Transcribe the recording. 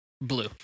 Blue